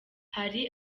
hari